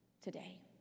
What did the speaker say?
today